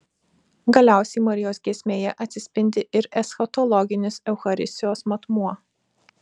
galiausiai marijos giesmėje atsispindi ir eschatologinis eucharistijos matmuo